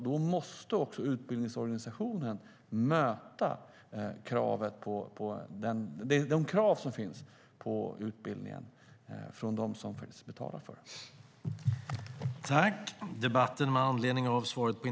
Då måste också utbildningsorganisationen möta de krav på utbildningen som ställs från dem som betalar för den.